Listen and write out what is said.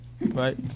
right